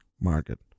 market